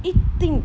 一定